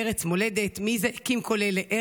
ארץ מולדת / מי זה הקים כל אלה?